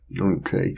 Okay